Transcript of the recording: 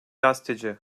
gazeteci